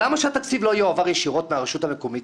למה שהתקציב לא יועבר ישירות לרשות המקומית?